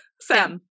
Sam